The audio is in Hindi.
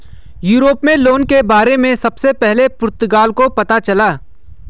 यूरोप में लोन के बारे में सबसे पहले पुर्तगाल को पता चला